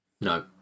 No